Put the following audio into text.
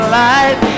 life